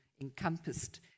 encompassed